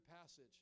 passage